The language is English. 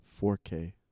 4K